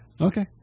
Okay